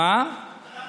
אתה תשתף,